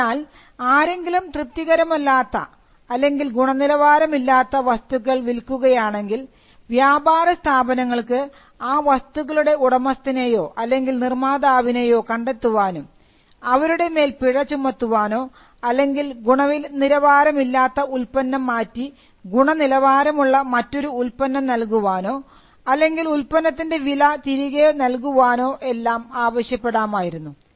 അതിനാൽ ആരെങ്കിലും തൃപ്തികരമല്ലാത്ത അല്ലെങ്കിൽ ഗുണനിലവാരമില്ലാത്ത വസ്തുക്കൾ വിൽക്കുകയാണെങ്കിൽ വ്യാപാര സ്ഥാപനങ്ങൾക്ക് ആ വസ്തുക്കളുടെ ഉടമസ്ഥനെയോ അല്ലെങ്കിൽ നിർമാതാവിനെയോ കണ്ടെത്തുവാനും അവരുടെ മേൽ പിഴ ചുമത്തവാനോ അല്ലെങ്കിൽ ഗുണനിലവാരമില്ലാത്ത ഉൽപ്പന്നം മാറ്റി ഗുണനിലവാരമുള്ള മറ്റൊരു ഉല്പന്നം നൽകുവാനോ അല്ലെങ്കിൽ ഉൽപ്പന്നത്തിൻറെ വില തിരികെ നൽകുവാനോ എല്ലാം ആവശ്യപ്പെടുമായിരുന്നു